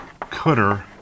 cutter